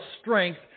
strength